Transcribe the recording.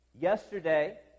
yesterday